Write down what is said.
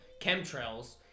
chemtrails